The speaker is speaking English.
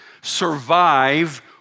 survive